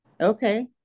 Okay